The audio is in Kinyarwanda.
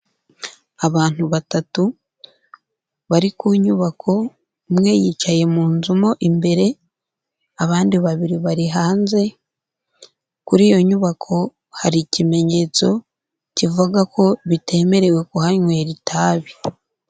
Abantu batatu bari ku nyubako, umwe yicaye mu nzu mo imbere, abandi babiri bari hanze, kuri iyo nyubako hari ikimenyetso kivuga ko bitemerewe kuhanywera itabi.